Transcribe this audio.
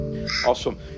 Awesome